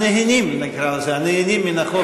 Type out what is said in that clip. הנהנים מן החוק,